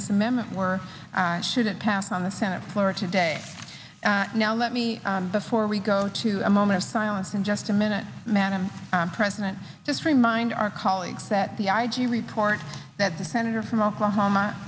this amendment were should it pass on the senate floor today now let me before we go to a moment of silence in just a minute madam president just remind our colleagues that the i g report that the senator from oklahoma